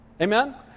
Amen